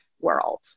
world